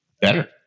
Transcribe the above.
better